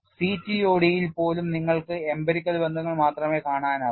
CTOD ൽ പോലും നിങ്ങൾക്ക് emperical ബന്ധങ്ങൾ മാത്രമേ കാണാനാകൂ